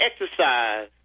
exercise